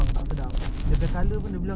babe memang babe kedai tu okay